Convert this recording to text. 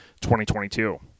2022